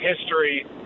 history